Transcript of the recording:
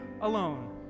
alone